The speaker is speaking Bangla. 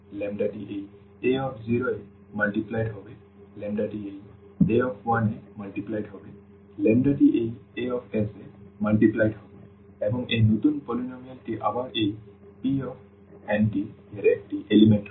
ল্যাম্বডাটি এই a0 এ গুণিত হবে ল্যাম্বডাটি এই a1 এ গুণিত হবে ল্যাম্বডাটি এই as এ গুণিত হবে এবং এই নতুন polynomial টি আবার এই Pn এর একটি উপাদান হবে